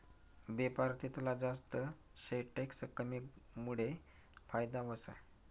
बेपार तितला जास्त शे टैक्स कमीमुडे फायदा व्हस